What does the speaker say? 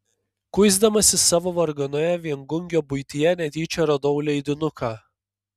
kuisdamasis savo varganoje viengungio buityje netyčia radau leidinuką